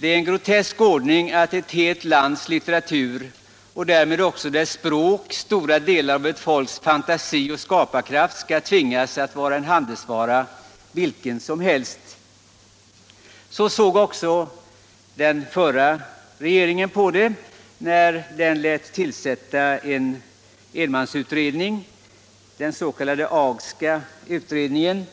vara en grotesk ordning, att ett helt lands litteratur, och därmed också ett språk, stora delar av ett folks fantasi och skaparkraft, skall tvingas vara en handelsvara vilken som helst!” Så såg också den förra regeringen på detta när den lät tillsätta en enmansutredning, den s.k. Agska utredningen.